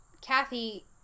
Kathy